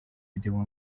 video